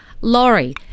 Laurie